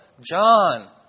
John